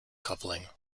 coupling